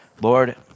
Lord